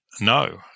no